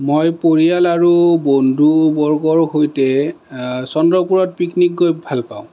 মই পৰিয়াল আৰু বন্ধু বৰ্গৰ সৈতে চন্দ্ৰপুৰত পিকনিক গৈ ভালপাওঁ